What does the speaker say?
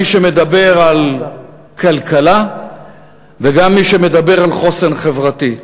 גם למי שמדבר על כלכלה וגם למי שמדבר על חוסן חברתי.